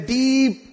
deep